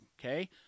okay